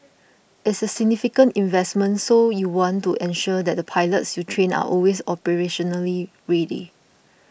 it's a significant investment so you want to ensure that the pilots you train are always operationally ready